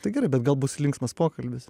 tai gerai bet gal bus linksmas pokalbis